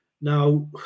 Now